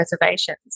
reservations